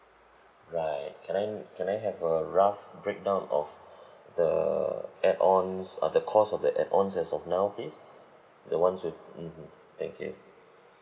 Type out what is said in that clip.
right can I can I have a rough breakdown of the add ons uh the cost of the add ons as of now please the ones with mmhmm thank you